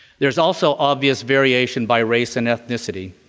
there's also obvious variation by race and ethnicity,